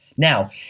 Now